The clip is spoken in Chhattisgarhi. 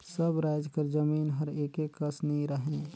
सब राएज कर जमीन हर एके कस नी रहें